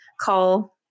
call